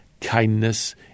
kindness